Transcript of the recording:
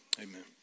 Amen